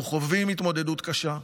אנחנו חווים התמודדות קשה,